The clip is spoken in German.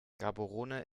gaborone